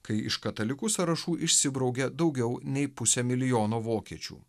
kai iš katalikų sąrašų išsibraukė daugiau nei pusė milijono vokiečių